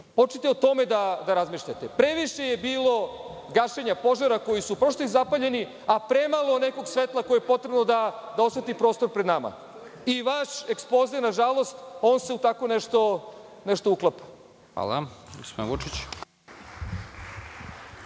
Počnite o tome da razmišljate. Previše je bilo kašenja požara, a premalo nekog svetla koji je potrebno da osvetli prostor pred nama. Vaš ekspoze nažalost, on se u tako nešto uklapa.